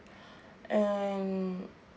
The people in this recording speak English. and